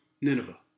Nineveh